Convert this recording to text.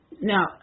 now